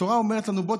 התורה אומרת לנו: בוא,